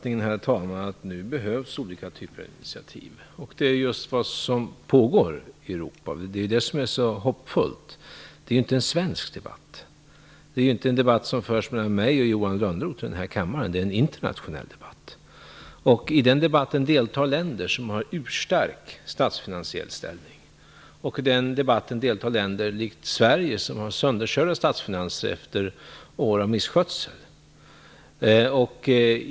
Herr talman! Jag delar uppfattningen att det nu behövs olika typer av initiativ. Det är just vad som pågår i Europa, och det är det som är så hoppfullt. Det är inte en svensk debatt. Det är inte en debatt som förs mellan mig och Johan Lönnroth i den här kammaren, utan det är en internationell debatt. I den debatten deltar länder som har en urstark statsfinansiell ställning. I den debatten deltar också länder som likt Sverige har sönderkörda statsfinanser efter år av misskötsel.